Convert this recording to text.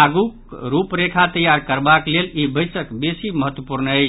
आगूक रूपरेखा तैयार करबाक लेल ई बैसक बेसी महत्वपूर्ण अछि